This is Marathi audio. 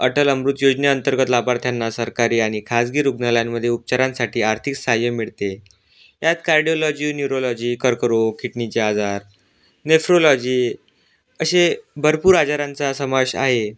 अटल अमृत योजनेअंतर्गत लाभार्थ्यांना सरकारी आणि खाजगी रुग्णालयांमध्ये उपचारांसाठी आर्थिक साहाय्य मिळते यात कार्डिओलॉजी न्यूरोलॉजी कर्करोग किडनीचे आजार नेफ्रोलॉजी असे भरपूर आजारांचा समावेश आहे